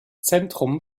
zentrum